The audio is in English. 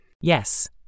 Yes